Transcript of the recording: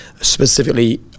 specifically